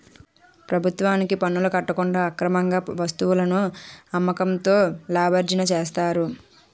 ప్రభుత్వానికి పనులు కట్టకుండా అక్రమార్గంగా వస్తువులను అమ్మకంతో లాభార్జన చేస్తారు